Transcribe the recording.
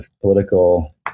political